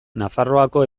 nafarroako